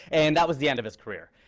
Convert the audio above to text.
and that was the end of his career.